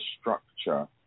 structure